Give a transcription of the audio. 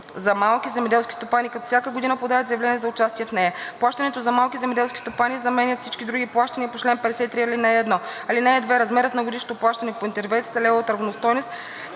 за малки земеделски стопани, като всяка година подават заявление за участие в нея. Плащането за малки земеделски стопани заменя всички други плащания по чл. 53, ал. 1. (2) Размерът на годишното плащане по интервенцията е левовата равностойност